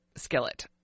skillet